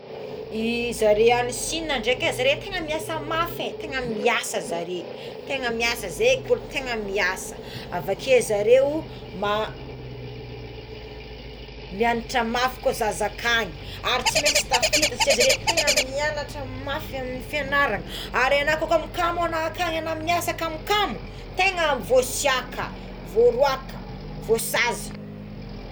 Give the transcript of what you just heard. Zare agny Sina dreky é zare tegna miasa mafy é tegna miasa zareo tegna miasa zay tegna miasa avakeo zareo ma- mianatra mafy ko zaza akagny tsy maintsy tafita satry zare tegna mianatra mafy amign'ny fianarana ary ana koa kamokamo ana akagny ana miasa kamokamo tegna voasika voaroaka voasazy.